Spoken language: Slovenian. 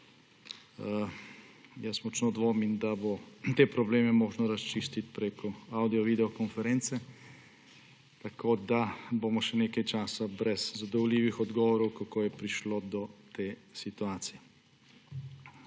leta. Močno dvomim, da bo te probleme možno razčistiti preko avdiovideokonference, tako da bomo še nekaj časa brez zadovoljivih odgovorov, kako je prišlo do te situacije.